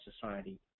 society